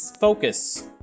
focus